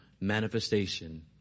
manifestation